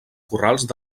corrals